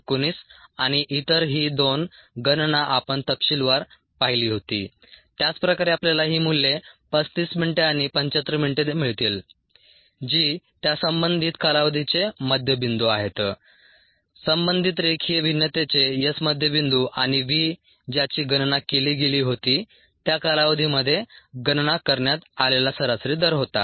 19 आणि इतर ही दोन गणना आपण तपशीलवार पाहिली होती त्याच प्रकारे आपल्याला ही मूल्ये 35 मिनिटे आणि 75 मिनिटे मिळतील जी त्या संबंधित कालावधीचे मध्यबिंदू आहेत संबंधित रेखीय भिन्नतेचे s मध्य बिंदू आणि v ज्याची गणना केली गेली होती त्या कालावधीमध्ये गणना करण्यात आलेला सरासरी दर होता